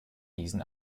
diesen